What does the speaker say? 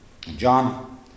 John